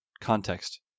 context